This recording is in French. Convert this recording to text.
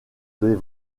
des